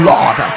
Lord